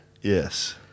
Yes